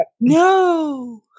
No